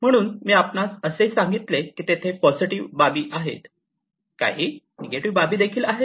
म्हणून मी आपणास असेही सांगितले की तेथे पॉझिटिव्ह बाबी आहेत काही निगेटिव्ह बाबी देखील आहेत